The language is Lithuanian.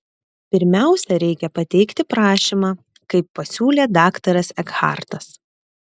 pirmiausia reikia pateikti prašymą kaip pasiūlė daktaras ekhartas